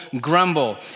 grumble